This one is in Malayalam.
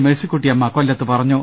മേഴ്സി ക്കുട്ടിയമ്മ കൊല്ലത്ത്പറഞ്ഞു